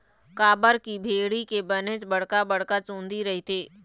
काबर की भेड़ी के बनेच बड़का बड़का चुंदी रहिथे